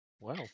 Wow